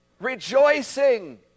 Rejoicing